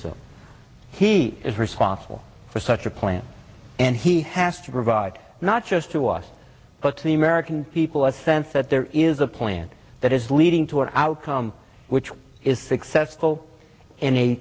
so he is responsible for such a plan and he has to provide not just to us but to the american people a sense that there is a plan that is leading to an outcome which is successful